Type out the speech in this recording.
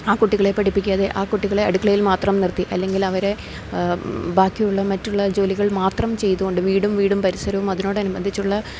ആ കുട്ടികളെ പഠിപ്പിക്കാതെ ആ കുട്ടികളെ അടുക്കളയിൽ മാത്രം നിർത്തി അല്ലെങ്കിലവരെ ബാക്കിയുള്ള മറ്റുള്ള ജോലികൾ മാത്രം ചെയ്തുകൊണ്ട് വീടും വീടും പരിസരവും അതിനോടനുബന്ധിച്ചുള്ള